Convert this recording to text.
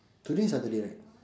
today is Saturday right